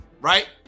Right